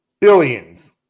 billions